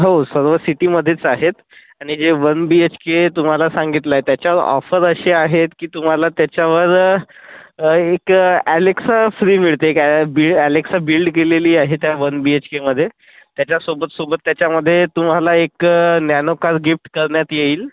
हो सर्व सिटीमध्येच आहेत आणि जे वन बी एच के तुम्हाला सांगितलं आहे त्याच्यावर ऑफर अशी आहेत की तुम्हाला त्याच्यावर एक अलेक्सा फ्री मिळते एक ॲ बी अलेक्सा बिल्ड केलेली आहे त्या वन बी एच केमध्ये त्याच्या सोबत सोबत त्याच्यामध्ये तुम्हाला एक नॅनो कार गिफ्ट करण्यात येईल